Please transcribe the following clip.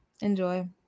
Enjoy